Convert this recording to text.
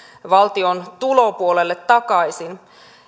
valtion tulopuolelle takaisin